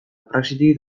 praxitik